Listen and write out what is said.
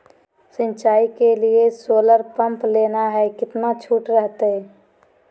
सिंचाई के लिए सोलर पंप लेना है कितना छुट रहतैय?